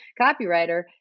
copywriter